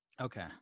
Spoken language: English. Okay